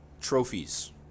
Trophies